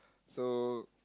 so